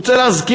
אני רוצה להזכיר.